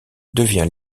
devient